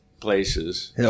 places